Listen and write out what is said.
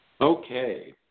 Okay